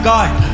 God